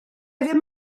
ddim